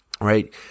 right